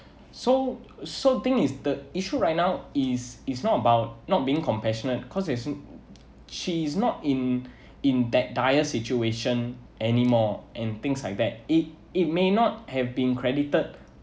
so so thing is the issue right now is is not about not being compassionate cause is she's not in in that dire situation anymore and things like that it it may not have been credited